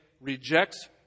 rejects